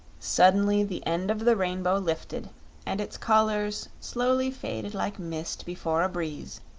suddenly, the end of the rainbow lifted and its colors slowly faded like mist before a breeze.